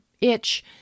itch